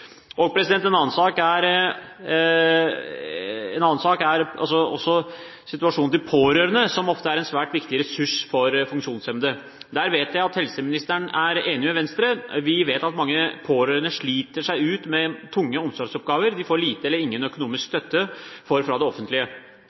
En annen sak er situasjonen til pårørende, som ofte er en svært viktig ressurs for funksjonshemmede. Der vet jeg at helseministeren er enig med Venstre. Vi vet at mange pårørende sliter seg ut med tunge omsorgsoppgaver de får lite eller ingen økonomisk støtte for fra det offentlige.